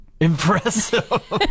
impressive